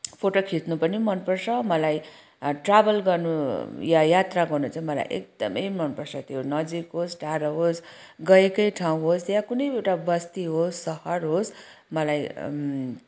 photo खिच्नु पनि मनपर्छ मलाई ट्राभल गर्नु या यात्रा गर्नु चाहिँ मलाई एकदमै मनपर्छ त्यो नजिक होस् टाढो होस् गएकै ठाउँ होस् या कुनै पनि एउटा बस्ती होस् सहर होस् मलाई